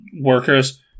workers